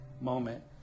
moment